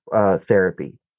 therapy